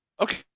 Okay